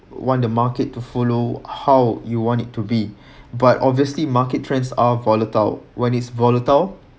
want the market to follow how you want it to be but obviously market trends are volatile when is volatile